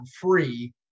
free